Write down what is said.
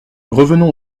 revenons